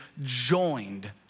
joined